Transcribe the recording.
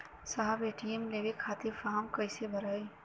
साहब ए.टी.एम लेवे खतीं फॉर्म कइसे भराई?